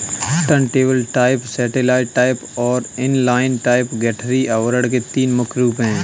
turntable type, satellite type और inline type गठरी आवरण के तीन मुख्य रूप है